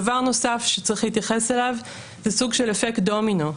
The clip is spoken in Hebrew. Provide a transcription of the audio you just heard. דבר נוסף שצריך להתייחס אליו זה סוג של אפקט דומינו,